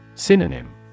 Synonym